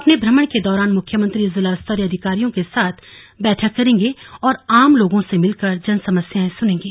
अपने भ्रमण के दौरान मुख्यमंत्री जिलास्तरीय अधिकारियों के साथ बैठक करेंगे और आम लोगों से मिलकर जनसमस्याएं सुनेंगे